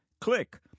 Click